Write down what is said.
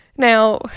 Now